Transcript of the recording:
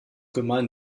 gemein